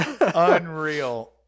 Unreal